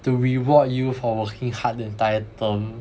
to reward you for working hard the entire term